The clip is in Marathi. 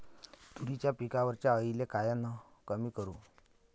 तुरीच्या पिकावरच्या अळीले कायनं कमी करू?